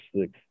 six